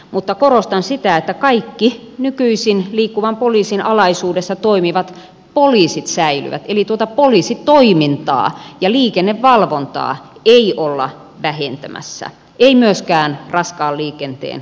mutta korostan sitä että kaikki nykyisin liikkuvan poliisin alaisuudessa toimivat poliisit säilyvät eli tuota poliisitoimintaa ja liikennevalvontaa ei olla vähentämässä ei myöskään raskaan liikenteen osalta